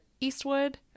Eastwood